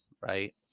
right